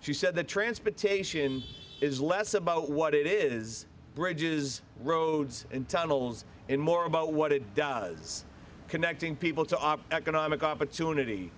she said the transportation is less about what it is bridges roads and tunnels in more about what it does connecting people to our economic opportunity